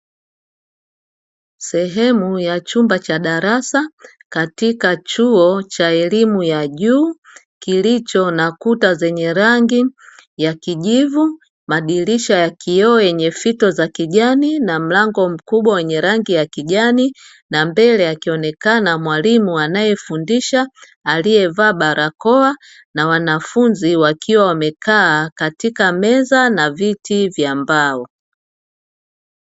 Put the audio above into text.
Sehemu ya chumba cha darasa katika chuo cha elimu ya juu kilicho na kuta zenye rangi ya kijivu, madirisha ya kioo yenye fito za kijani, na mlango mkuu wenye rangi ya kijani, na mbele akionekana mwalimu anayefundisha aliyevaa barakoa, na wanafunzi wakiwa wamekaa katika meza na viti vya mbao.